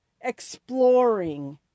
exploring